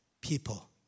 people